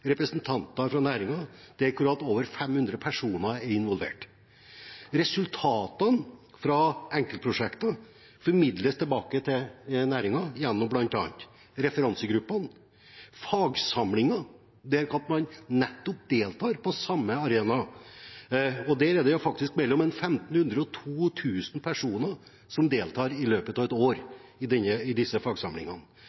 representanter fra næringen, der over 500 personer er involvert. Resultatene fra enkeltprosjektene formidles tilbake til næringen gjennom bl.a. referansegruppene og fagsamlinger, hvor man nettopp deltar på samme arena. Det er faktisk mellom 1 500 og 2 000 personer i løpet av et år